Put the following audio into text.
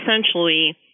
essentially